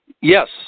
Yes